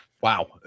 Wow